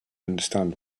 understand